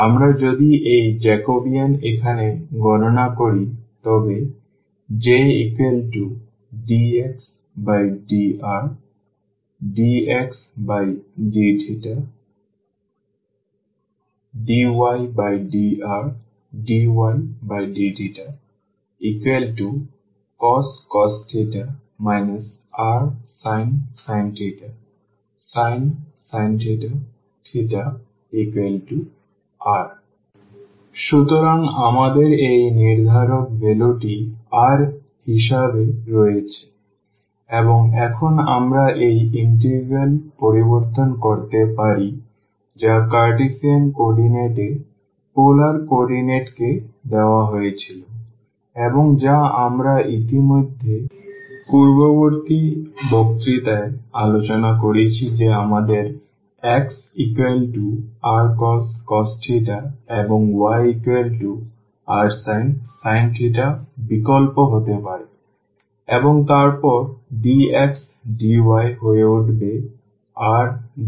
আমরা যদি এই জ্যাকোবিয়ান এখানে গণনা করি তবে J∂x∂r ∂x∂θ ∂y∂r ∂y∂θ cos rsin sin r সুতরাং আমাদের এই নির্ধারক ভ্যালু টি r হিসাবে রয়েছে এবং এখন আমরা এই ইন্টিগ্রাল পরিবর্তন করতে পারি যা কার্টেসিয়ান কোঅর্ডিনেট এ পোলার কোঅর্ডিনেট কে দেওয়া হয়েছিল এবং যা আমরা ইতিমধ্যে পূর্ববর্তী বক্তৃতায় আলোচনা করেছি যে আমাদের xrcos এবং yrsin বিকল্প হতে হবে এবং তারপর dx dy হয়ে উঠবে rdrdθ